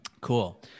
Cool